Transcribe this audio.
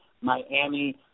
Miami